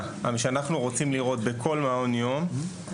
שאנחנו רוצים לראות בכל מעון יום,